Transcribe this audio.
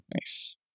Nice